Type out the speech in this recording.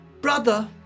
...brother